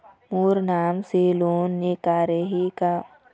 मोर नाम से लोन निकारिही का?